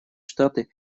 штаты